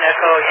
Echo